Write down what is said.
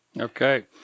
Okay